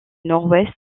nord